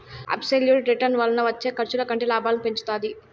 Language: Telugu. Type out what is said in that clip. అబ్సెల్యుట్ రిటర్న్ వలన వచ్చే ఖర్చుల కంటే లాభాలను పెంచుతాది